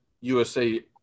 USA